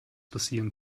passieren